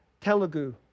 Telugu